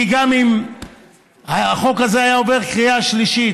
כי גם אם החוק הזה היה עובר בקריאה שלישית,